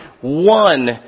one